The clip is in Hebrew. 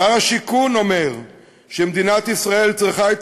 שר השיכון אומר שמדינת ישראל צריכה את